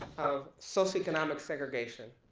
of socioeconomic segregation,